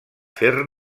fer